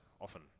often